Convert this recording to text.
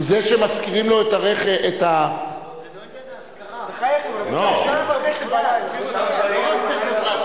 אין סיבה שאנחנו נקסד את עצמנו לדעת יותר ממקומות אחרים.